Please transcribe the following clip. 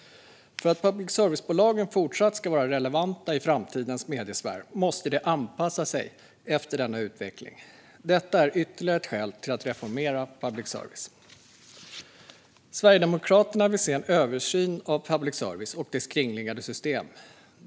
För att public service-bolagen fortsatt ska vara relevanta i framtidens mediesfär måste de anpassa sig efter denna utveckling. Detta är ytterligare ett skäl till att reformera public service. Sverigedemokraterna vill se en översyn av public service och dess kringliggande system.